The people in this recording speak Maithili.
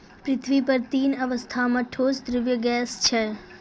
पृथ्वी पर तीन अवस्था म ठोस, द्रव्य, गैस छै